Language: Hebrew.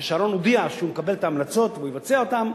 שרון הודיע שהוא מקבל את ההמלצות והוא יבצע אותן.